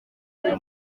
buri